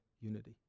unity